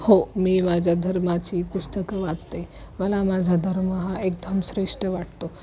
हो मी माझ्या धर्माची पुस्तकं वाचते मला माझा धर्म हा एकदम श्रेष्ठ वाटतो